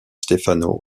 stefano